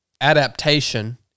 adaptation